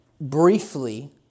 briefly